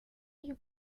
you